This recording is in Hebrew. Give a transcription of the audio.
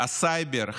הסייבר,